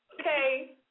Okay